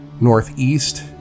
northeast